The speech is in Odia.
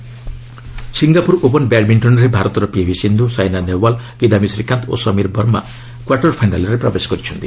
ସିଙ୍ଗାପୁର ଓପନ୍ ସିଙ୍ଗାପ୍ତର ଓପନ୍ ବ୍ୟାଡ୍ମିଷ୍ଟନ୍ରେ ଭାରତର ପିଭି ସିନ୍ଧ୍ର ସାଇନା ନେହେୱାଲ୍ କିଦାୟୀ ଶ୍ରୀକାନ୍ତ ଓ ସମୀର ବର୍ମା କ୍ୱାର୍ଟର ଫାଇନାଲ୍ରେ ପ୍ରବେଶ କରିଛନ୍ତି